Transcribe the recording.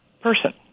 person